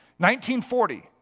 1940